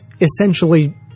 essentially